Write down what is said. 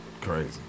Crazy